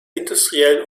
industriellen